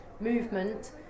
movement